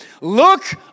look